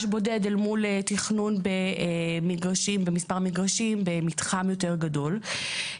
בודד אל מול תכנון במספר מגרשים במתחם יותר גדול.